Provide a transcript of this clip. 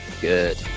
good